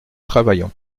travaillant